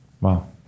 Wow